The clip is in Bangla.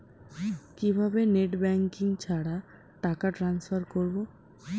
কিভাবে নেট ব্যাংকিং ছাড়া টাকা টান্সফার করব?